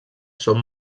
són